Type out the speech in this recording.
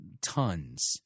Tons